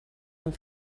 amb